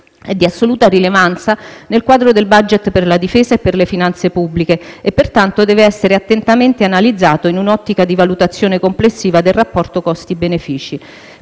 è di assoluta rilevanza nel quadro del *budget* per la difesa e per le finanze pubbliche, e pertanto deve essere attentamente analizzato in un'ottica di valutazione complessiva del rapporto costi-benefici.